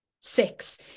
Six